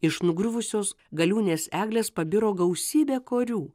iš nugriuvusios galiūnės eglės pabiro gausybė korių